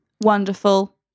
Wonderful